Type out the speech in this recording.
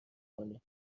کنیم